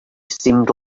seemed